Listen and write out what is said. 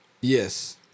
Yes